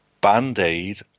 band-aid